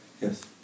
Yes